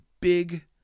big